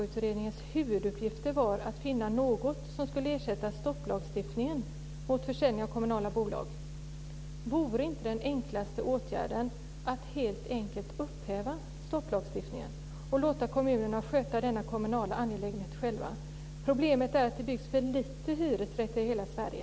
utredningens huvuduppgifter var att finna något som skulle ersätta stopplagstiftningen när det gäller försäljning av kommunala bolag. Vore inte den enklaste åtgärden att helt enkelt upphäva stopplagstiftningen och låta kommunerna sköta denna kommunala angelägenhet själva? Problemet är att det byggs för lite hyresrätter i hela Sverige.